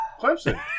Clemson